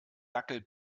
dackel